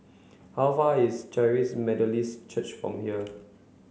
how far is Charis Methodist Church from here